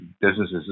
businesses